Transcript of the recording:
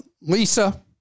Lisa